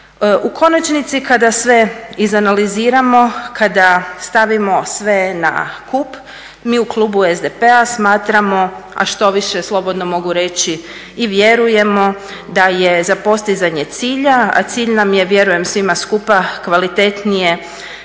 U konačnici kada sve izanaliziramo, kada stavimo sve na kup, mi u klubu SDP-a smatramo, a štoviše slobodno mogu reći i vjerujemo da je za postizanje cilja, a cilj nam je vjerujem svima skupa kvalitetnije